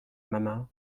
mama